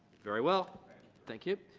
very well thank you